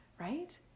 right